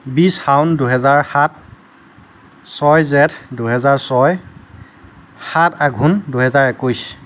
বিছ শাওন দুহেজাৰ সাত ছয় জেঠ দুহেজাৰ ছয় সাত আঘোণ দুহেজাৰ একৈছ